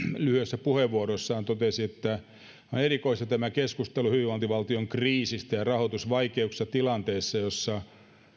lyhyessä puheenvuorossaan totesi että on erikoista tämä keskustelu hyvinvointivaltion kriisistä ja rahoitusvaikeuksista tilanteessa jossa